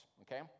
okay